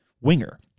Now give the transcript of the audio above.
winger